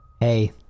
Hey